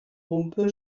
humpe